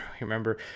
remember